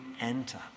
enter